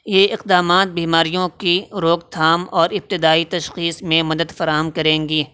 یہ اقدامات بیماریوں کی روک تھام اور ابتدائی تشخیص میں مدد فراہم کریں گی